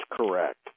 correct